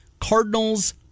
Cardinals